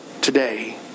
today